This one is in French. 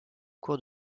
cours